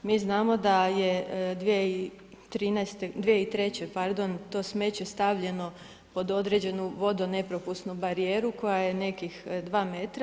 Mi znamo da je 2013., 2003. pardon, to smeće stavljeno pod određenu vodo nepropusnu barijeru koja je nekih dva metra.